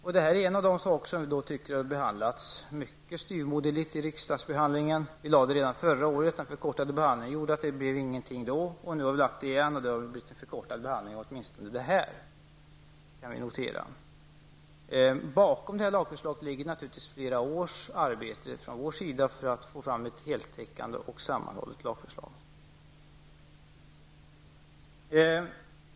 Vi tycker att denna fråga behandlats mycket styvmoderligt i samband med riksdagsbehandlingen. Vi lade fram förslaget redan förra året, men den förkortade behandlingen gjorde att det inte blev någonting då. Vi har nu lagt fram det igen, och det har blivit en förkortad behandling av åtminstone detta. Det kan vi notera. Bakom detta lagförslag ligger naturligtvis flera års arbete av oss för att få fram ett heltäckande och sammanhållet lagförslag.